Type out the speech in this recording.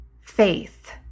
faith